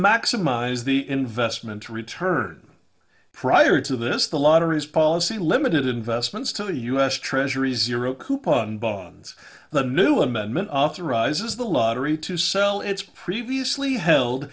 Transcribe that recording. maximize the investment returns prior to this the lottery is policy limited investments to the u s treasury zero coupon bones the new amendment authorizes the lottery to sell its previously held